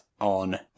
on